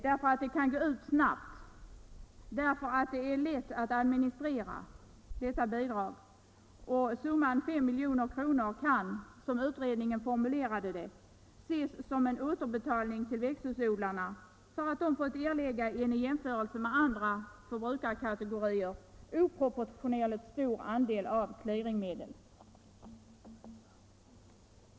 Bidraget kan gå ut mycket snabbt. Det är lätt att administrera, och summan 5 milj.kr. kan, som utredningen formulerade det, ses som en återbetalning till växthusodlarna för att de fått erlägga en i jämförelse med andra förbrukarkategorier oproportionerligt stor andel av clearingmedlen.